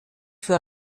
für